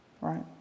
right